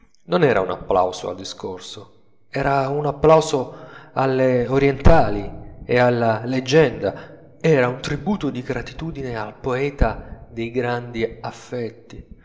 non era un applauso al discorso era un applauso alle orientali e alla leggenda era un tributo di gratitudine al poeta dei grandi affetti